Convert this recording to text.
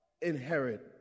inherit